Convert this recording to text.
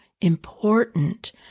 important